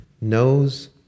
knows